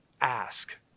Ask